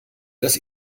das